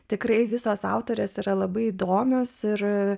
tikrai visos autorės yra labai įdomios ir